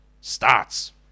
starts